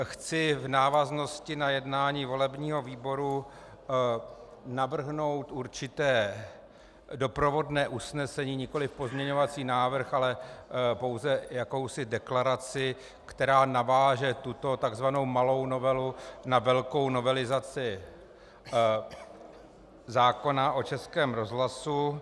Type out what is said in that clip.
Chci v návaznosti na jednání volebního výboru navrhnout určité doprovodné usnesení, nikoliv pozměňovací návrh, ale pouze jakousi deklaraci, která naváže tuto tzv. malou novelu na velkou novelizaci zákona o Českém rozhlasu.